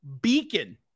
beacon